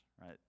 right